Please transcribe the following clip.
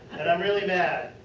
and i am really mad.